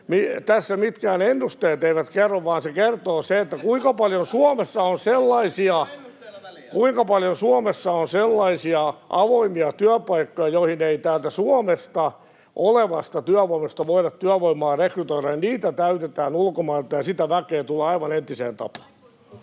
Ai ei ole ennusteilla väliä?] vaan se kertoo sen, kuinka paljon Suomessa on sellaisia avoimia työpaikkoja, joihin ei täältä Suomesta olevasta työvoimasta voida työvoimaa rekrytoida. Niitä täytetään ulkomailta, ja sitä väkeä tulee aivan entiseen tapaan.